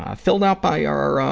ah filled out by our, ah,